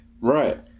right